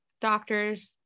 doctors